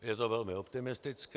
Je to velmi optimistické.